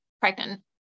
pregnant